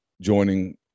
joining